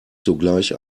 sogleich